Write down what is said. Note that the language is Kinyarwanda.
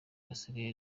basigaye